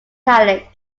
college